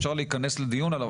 אפשר להיכנס לדיון עליו,